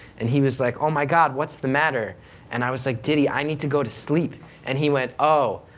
and he was like, oh my god, what's the matter and i was like, diddy, i need to go to sleep and he went, oh,